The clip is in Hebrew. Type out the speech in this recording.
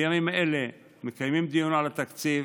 בימים אלה אנו מקיימים דיון על התקציב.